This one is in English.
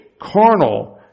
carnal